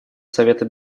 совета